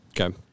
Okay